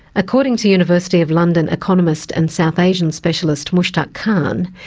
according to university of london economist and south asian specialist, mushtaq khan,